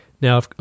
Now